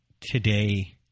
today